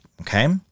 Okay